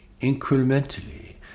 incrementally